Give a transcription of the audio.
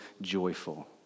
joyful